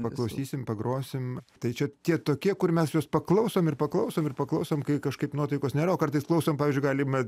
paklausysim pagrosim tai čia tie tokie kur mes juos paklausom ir paklausom ir paklausom kai kažkaip nuotaikos nėra o kartais klausom pavyzdžiui galima